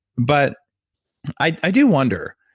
but i do wonder,